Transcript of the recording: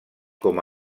com